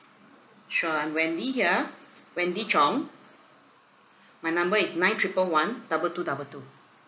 sure I'm wendy here wendy chong my number is nine triple one double two double two